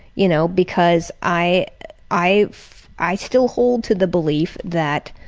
you know because i i i still hold to the belief that